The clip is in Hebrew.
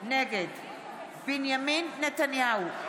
נגד בנימין נתניהו,